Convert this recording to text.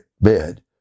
bed